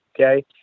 Okay